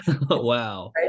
Wow